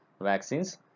vaccines